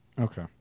Okay